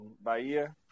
Bahia